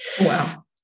Wow